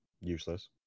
useless